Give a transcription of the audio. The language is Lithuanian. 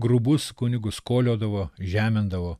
grubus kunigus koliodavo žemindavo